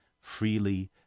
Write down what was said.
freely